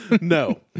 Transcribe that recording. No